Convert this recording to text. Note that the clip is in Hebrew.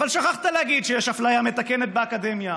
אבל שכחת להגיד שיש אפליה מתקנת באקדמיה